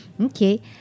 Okay